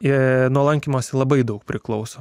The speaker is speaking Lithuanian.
ir nuo lankymosi labai daug priklauso